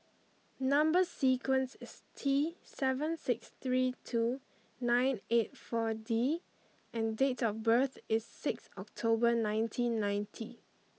number sequence is T seven six three two nine eight four D and date of birth is six October nineteen ninety